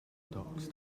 docks